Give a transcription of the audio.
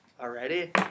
Already